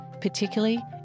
particularly